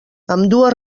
ambdues